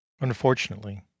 Unfortunately